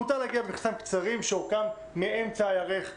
מותר להגיע במכנסיים קצרים שאורכם מאמצע הירך ומטה.